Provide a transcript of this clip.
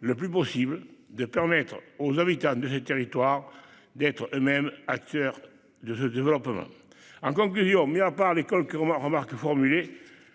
le plus possible aux habitants de ces territoires d'être eux-mêmes acteurs de ce développement. En conclusion, mis à part les quelques remarques formulées,